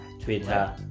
Twitter